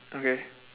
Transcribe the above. okay